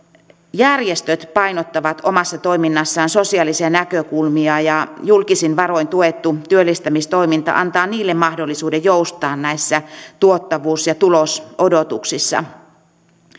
järjestöt painottavat omassa toiminnassaan sosiaalisia näkökulmia ja julkisin varoin tuettu työllistämistoiminta antaa niille mahdollisuuden joustaa näissä tuottavuus ja tulosodotuksissa